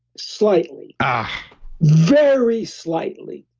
slightly ah very slightly,